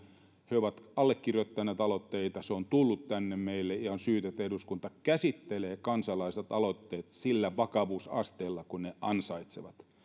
he ovat allekirjoittaneet aloitteen se on tullut tänne meille ja on syytä että eduskunta käsittelee kansalaisten aloitteet sillä vakavuusasteella kuin ne ansaitsevat